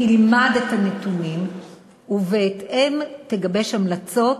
תלמד את הנתונים ובהתאם תגבש המלצות,